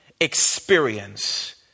experience